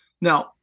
Now